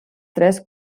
tres